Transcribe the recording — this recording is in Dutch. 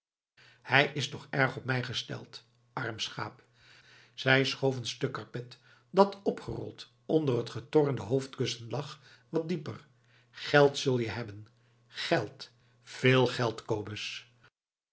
hij is toch erg op mij gesteld arm schaap zij schoof een stuk karpet dat opgerold onder t getornde hoofdkussen lag wat dieper geld zul je hebben geld veel geld kobus